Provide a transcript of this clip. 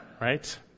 Right